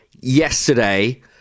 yesterday